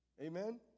Amen